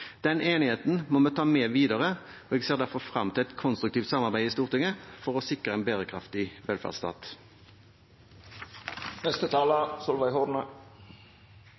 Den enigheten må vi ta med videre, og jeg ser derfor frem til et konstruktivt samarbeid i Stortinget for å sikre en bærekraftig